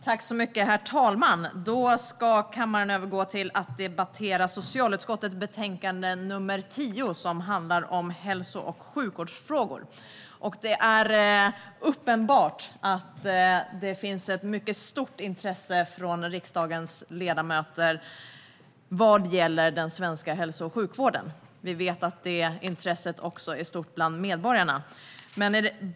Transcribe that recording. Herr talman! Då ska kammaren övergå till att debattera socialutskottets betänkande nr 10, som handlar om hälso och sjukvårdsfrågor. Det är uppenbart att det finns ett mycket stort intresse från riksdagens ledamöter vad gäller den svenska hälso och sjukvården. Vi vet att intresset också är stort bland medborgarna.